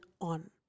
on